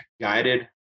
guided